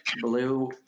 blue